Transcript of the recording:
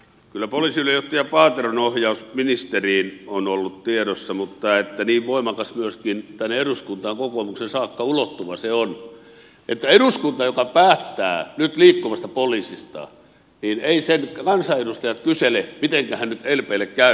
kyllä poliisiylijohtaja paateron ohjaus ministeriin on ollut tiedossa mutta niin voimakas myöskin tänne eduskuntaan kokoomukseen saakka ulottuva se on että eduskunnan joka päättää nyt liikkuvasta poliisista kansanedustajat eivät kysele mitenkähän nyt lplle käy